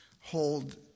hold